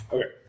Okay